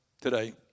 today